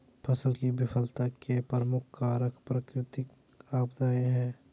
फसल की विफलता के प्रमुख कारक प्राकृतिक आपदाएं हैं